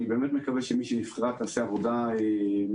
אני באמת מקווה שמי שנבחרה תעשה עבודה מצוינת.